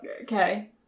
Okay